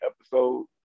episode